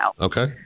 Okay